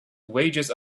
wages